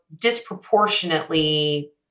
disproportionately